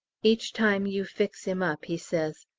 each time you fix him up he says,